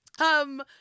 Um-